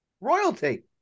Royalty